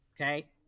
Okay